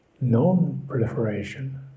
non-proliferation